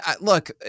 Look